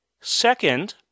second